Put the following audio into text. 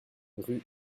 rue